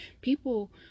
people